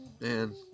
man